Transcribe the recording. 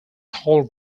tall